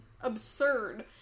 absurd